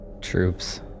Troops